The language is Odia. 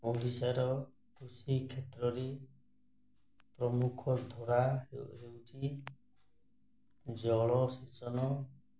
ଓଡ଼ିଶାର କୃଷି କ୍ଷେତ୍ରରେ ପ୍ରମୁଖ ଧରା ହେଉଛି ଜଳସେଚନ